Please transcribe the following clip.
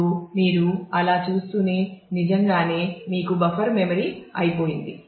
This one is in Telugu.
ఇప్పుడు మీరు అలా చేస్తూనే సహజంగానే మీకు బఫర్ మెమరీ అయిపోతుంది